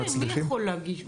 מי יכול להגיש?